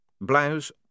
Blouse